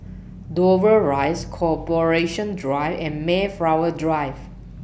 Dover Rise Corporation Drive and Mayflower Drive